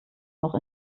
noch